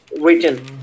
written